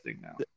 now